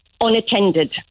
unattended